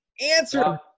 Answer